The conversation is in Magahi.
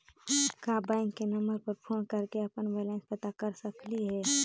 का बैंक के नंबर पर फोन कर के अपन बैलेंस पता कर सकली हे?